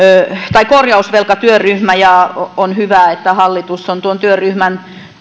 korjausvelkatyöryhmä ja on hyvä että hallitus on tuon työryhmän